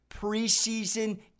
preseason